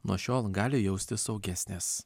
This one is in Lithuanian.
nuo šiol gali jaustis saugesnės